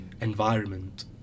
environment